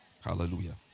Hallelujah